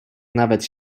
nawet